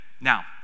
now